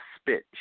spit